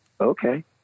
okay